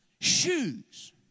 Shoes